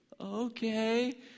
Okay